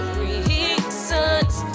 reasons